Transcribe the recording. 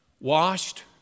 Washed